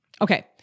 Okay